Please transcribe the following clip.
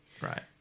Right